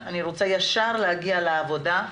אני רוצה ישר להגיע לעבודה.